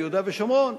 ביהודה ושומרון,